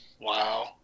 Wow